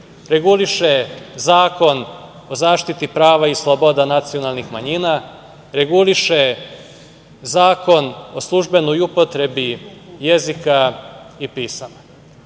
reguliše Zakon o zaštiti prava i sloboda nacionalnih manjina, reguliše Zakon o službenoj upotrebi jezika i pisama,